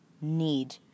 need